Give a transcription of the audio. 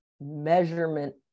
measurement